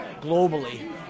globally